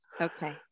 Okay